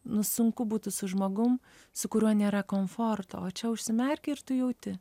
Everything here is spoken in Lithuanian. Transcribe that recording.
nu sunku būtų su žmogum su kuriuo nėra komforto o čia užsimerki ir tu jauti